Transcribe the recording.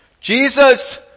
Jesus